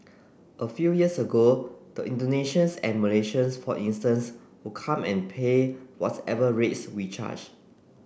a few years ago the Indonesians and Malaysians for instance would come and pay whatever rates we charged